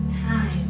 time